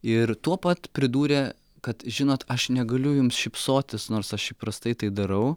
ir tuo pat pridūrė kad žinot aš negaliu jums šypsotis nors aš įprastai tai darau